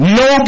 no